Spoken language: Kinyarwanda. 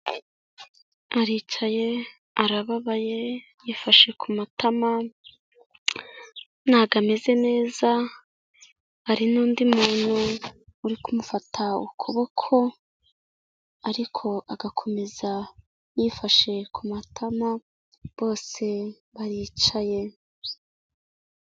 Aricaye, arababaye, yifashe ku matama, ntabwo ameze neza, hari n'undi muntu uri kumufata ukuboko ariko agakomeza yifashe ku matama, bose baricaye.